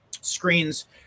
screens